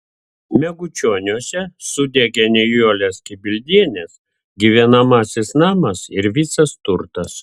megučioniuose sudegė nijolės kibildienės gyvenamasis namas ir visas turtas